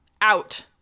out